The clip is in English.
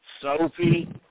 Sophie